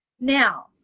Now